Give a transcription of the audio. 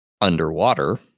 underwater